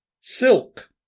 Silk